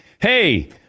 hey